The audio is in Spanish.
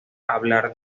hablar